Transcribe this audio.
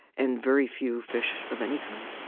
and very few fish of any kind.